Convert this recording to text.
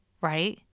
right